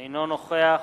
אינו נוכח